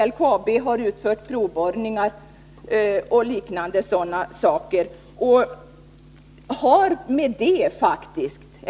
LKAB har utfört provborrningar och liknande.